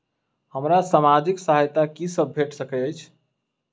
हमरा सामाजिक सहायता की सब भेट सकैत अछि?